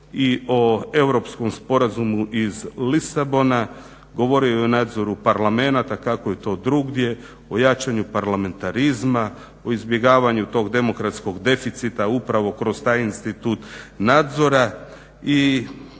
i o Europskom sporazumu iz Lisabona, govorio je i o nadzoru parlamenta kako je to drugdje, o jačanju parlamentarizma, o izbjegavanju tog demokratskog deficita upravo kroz taj institut nadzora.